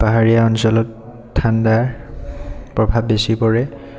পাহাৰীয়া অঞ্চলত ঠাণ্ডাৰ প্ৰভাৱ বেছি পৰে